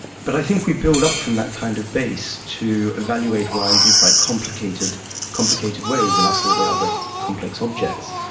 but i think we build up from that kind of base, to evaluate wines in quite complicated complicated ways, and after all, they are very complex objects.